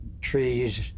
trees